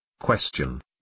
Question